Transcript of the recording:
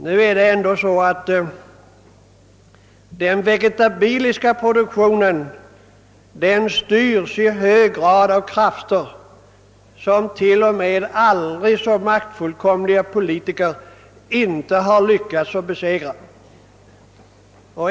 Nu är det ändå så, att den vegetabiliska produktionen i hög grad styrs av krafter, som inte ens aldrig så maktfullkomliga politiker lyckats bemästra.